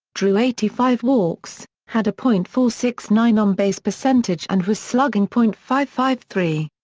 drew eighty five walks, had a point four six nine on-base percentage and was slugging point five five three.